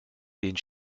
den